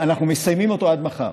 אנחנו מסיימים אותו עד מחר.